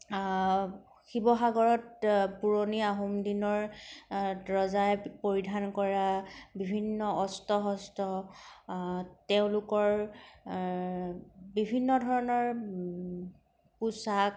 শিৱসাগৰত পুৰণি আহোম দিনৰ ৰজাই পৰিধান কৰা বিভিন্ন অস্ত্ৰ শস্ত্ৰ তেওঁলোকৰ বিভিন্ন ধৰণৰ পোচাক